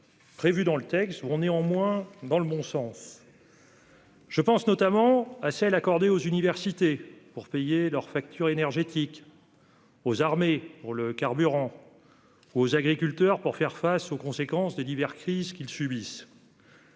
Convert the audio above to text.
prévues dans le texte vont dans le bon sens. Je pense notamment aux aides accordées aux universités pour payer leur facture énergétique, aux armées pour le carburant, ou aux agriculteurs pour faire face aux conséquences des diverses crises qu'ils subissent.